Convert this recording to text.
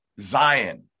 Zion